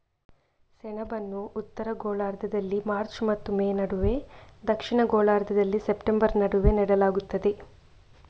ಸೆಣಬನ್ನು ಉತ್ತರ ಗೋಳಾರ್ಧದಲ್ಲಿ ಮಾರ್ಚ್ ಮತ್ತು ಮೇ ನಡುವೆ, ದಕ್ಷಿಣ ಗೋಳಾರ್ಧದಲ್ಲಿ ಸೆಪ್ಟೆಂಬರ್ ನಡುವೆ ನೆಡಲಾಗುತ್ತದೆ